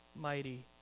mighty